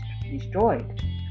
destroyed